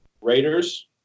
Raiders